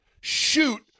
shoot